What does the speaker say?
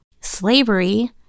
slavery